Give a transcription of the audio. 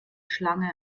schlange